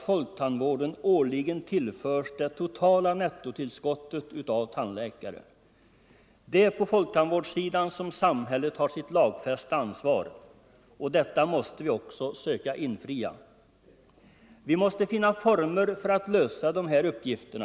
i folktandvården årligen tillförs det totala nettotillskottet av tandläkare. Om upphävande av Det är på folktandvårdssidan som samhället har sitt lagfästa ansvar, och = etableringsstoppet detta måste vi också söka infria. Vi måste finna former för att lösa de — för tandläkare, här uppgifterna.